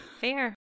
fair